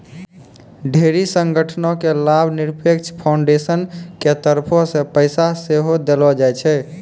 ढेरी संगठनो के लाभनिरपेक्ष फाउन्डेसन के तरफो से पैसा सेहो देलो जाय छै